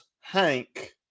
Hank